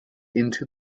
into